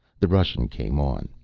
the russian came on.